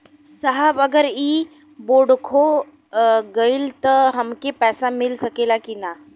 साहब अगर इ बोडखो गईलतऽ हमके पैसा मिल सकेला की ना?